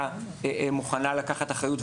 המדינה מוכנה לקחת אחריות,